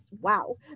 wow